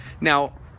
Now